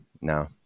No